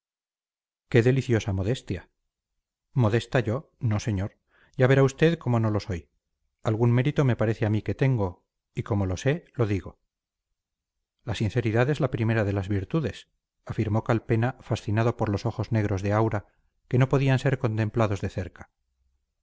qué deliciosa modestia modesta yo no señor ya verá usted cómo no lo soy algún mérito me parece a mí que tengo y como lo sé lo digo la sinceridad es la primera de las virtudes afirmó calpena fascinado por los ojos negros de aura que no podían ser contemplados de cerca